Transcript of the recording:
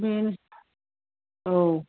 औ